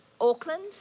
Auckland